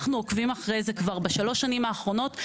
אנחנו עוקבים אחרי זה כבר בשלוש השנים האחרונות,